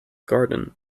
garden